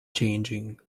changing